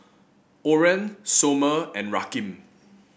Oren Somer and Rakeem